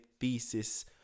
thesis